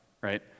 right